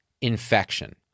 infection